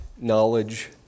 knowledge